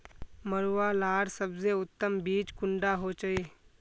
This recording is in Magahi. मरुआ लार सबसे उत्तम बीज कुंडा होचए?